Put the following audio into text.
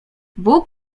bóg